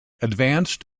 advanced